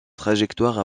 trajectoire